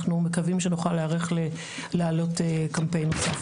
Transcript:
אנחנו מקווים שנוכל להיערך להעלות קמפיין נוסף.